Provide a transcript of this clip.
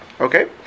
Okay